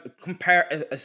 compare